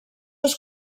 els